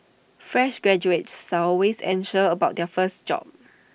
fresh graduates always anxious about their first job